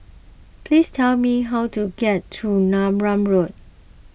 please tell me how to get to Neram Road